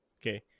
Okay